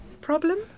Problem